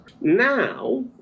Now